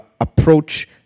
approach